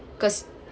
cause